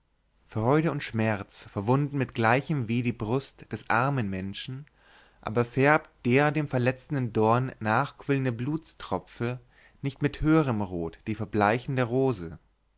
freude und schmerz verwunden mit gleichem weh die brust des armen menschen aber färbt der dem verletzenden dorn nachquillende blutstropfe nicht mit höherem rot die verbleichende rose